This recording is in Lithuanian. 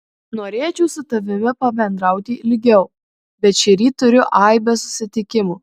norėčiau su tavimi pabendrauti ilgiau bet šįryt turiu aibę susitikimų